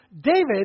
David